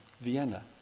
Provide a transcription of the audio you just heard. Vienna